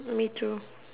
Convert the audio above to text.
me too